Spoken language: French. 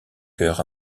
cœur